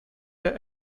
der